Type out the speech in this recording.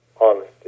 honesty